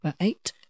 Eight